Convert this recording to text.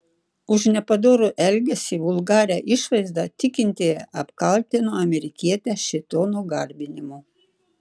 už nepadorų elgesį vulgarią išvaizdą tikintieji apkaltino amerikietę šėtono garbinimu